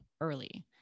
early